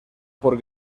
por